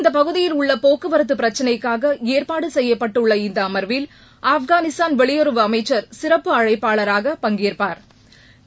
இந்த பகுதியில் உள்ள போக்குவரத்து பிரச்சினைக்காக ஏற்பாடு செய்யப்பட்டுள்ள இந்த அண்வில் ஆப்கானிஸ்தான் வெளியுறவு அமைச்சர் சிறப்பு அழைப்பாளராக பங்கேற்பாா்